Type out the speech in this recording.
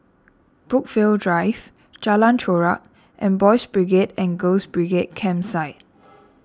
Brookvale Drive Jalan Chorak and Boys' Brigade and Girls' Brigade Campsite